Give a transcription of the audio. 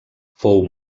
fou